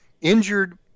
injured